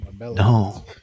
No